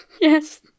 Yes